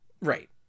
Right